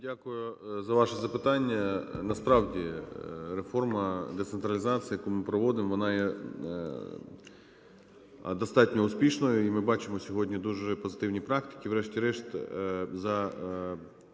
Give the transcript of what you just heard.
Дякую за ваше запитання. Насправді, реформа децентралізації, яку ми проводимо, вона є достатньо успішною, і ми бачимо сьогодні дуже позитивні практики.